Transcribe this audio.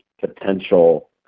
potential